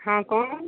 हाँ कौन